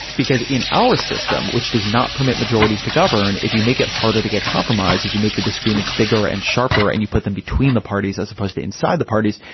because in our system, which does not permit majorities to govern if you make it harder to get compromise. if you make the disagreements bigger and sharper and you put them between the parties as opposed to inside the parties,